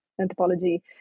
anthropology